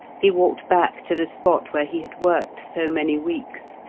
he walked back to the spot where he had worked so many weeks,